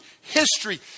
history